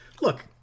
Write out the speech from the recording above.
look